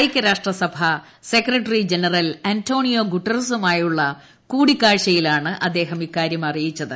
ഐക്യരാഷ്ട്ര സഭ secretary general Antonio ഗുട്ടറസുമായുള്ള കൂടിക്കാഴ്ചയിലാണ് അദ്ദേഹം ഇക്കാര്യം അറിയിച്ചത്